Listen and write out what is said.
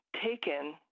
taken